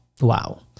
wow